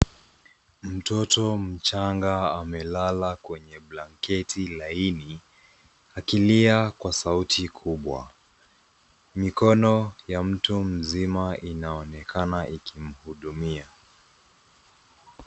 Mtoto mchanga amelala kwenye blanketi laini, akilia kwa sauti kubwa. Mikono ya mtu mzima inaonekana ikimhudumia.